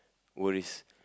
worries